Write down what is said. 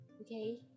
Okay